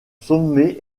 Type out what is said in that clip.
sommet